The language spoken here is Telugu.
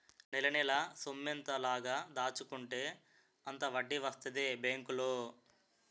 నెలనెలా సొమ్మెంత లాగ దాచుకుంటే అంత వడ్డీ వస్తదే బేంకులో